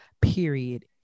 period